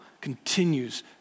continues